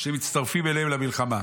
שמצטרפים אליהם למלחמה.